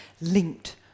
linked